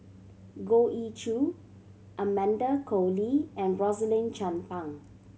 Goh Ee Choo Amanda Koe Lee and Rosaline Chan Pang